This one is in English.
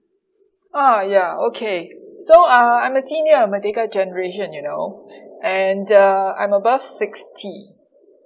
ah ya okay so uh I'm a senior merdeka generation you know and uh I'm above sixty